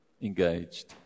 engaged